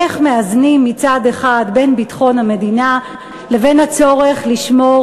איך מאזנים בין ביטחון המדינה מצד אחד לבין הצורך לשמור